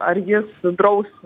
ar jis draus